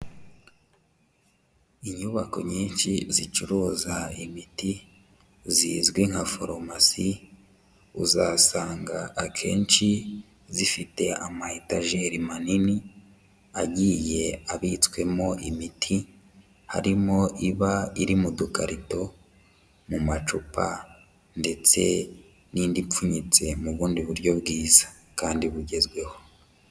Inyubako nyinshi zicuruza imiti zizwi nka farumasi uzasanga akenshi zifite amayetajeri manini agiye abitswimo imiti harimo iba iri mu dukarito, mu macupa ndetse n'indi ipfunyitse mu bundi buryo bwiza kandi bugezweho.